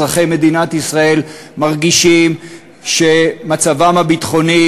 אזרחי מדינת ישראל מרגישים שמצבם הביטחוני